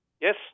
Yes